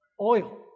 Oil